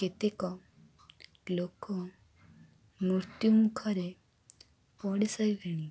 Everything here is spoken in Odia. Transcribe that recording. କେତେକ ଲୋକ ମୃତ୍ୟୁ ମୁଖରେ ପଡ଼ିସାରିଲେଣି